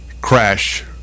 crash